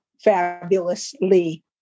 fabulously